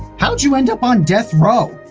how'd you end up on death row?